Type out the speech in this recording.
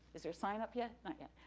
is there a sign up yet? not yet.